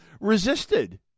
resisted